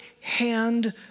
hand